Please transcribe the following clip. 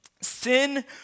Sin